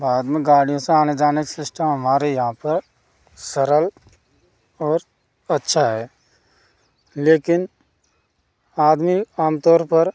बाद में गाड़ियों से आने जाने सिस्टम हमारे यहाँ पर सरल और अच्छा है लेकिन आदमी आमतौर पर